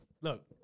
Look